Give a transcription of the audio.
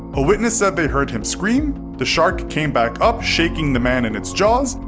a witness said they heard him scream, the shark came back up shaking the man in its jaws,